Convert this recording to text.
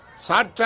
side.